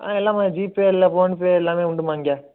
ஆ எல்லாமே ஜிபே இல்லை ஃபோனுபே எல்லாமே உண்டும்மா இங்கே